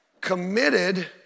committed